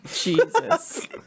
Jesus